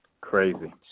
Crazy